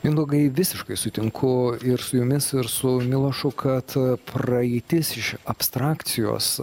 mindaugai visiškai sutinku ir su jumis ir su milošu kad praeitis iš abstrakcijos